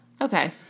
Okay